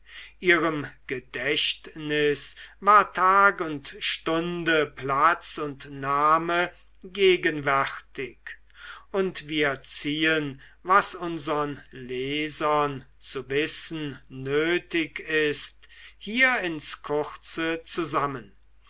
ihrem gedächtnis war tag und stunde platz und name gegenwärtig und wir ziehen was unsern lesern zu wissen nötig ist hier ins kurze zusammen